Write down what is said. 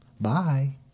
Bye